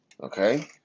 Okay